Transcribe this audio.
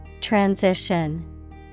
Transition